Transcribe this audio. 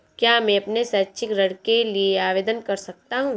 क्या मैं अपने शैक्षिक ऋण के लिए आवेदन कर सकता हूँ?